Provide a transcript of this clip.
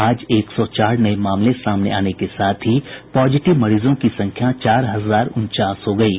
आज एक सौ चार नये मामले सामने आने के साथ ही पॉजिटिव मरीजों की संख्या चार हजार उनचास हो गयी है